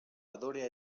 adorea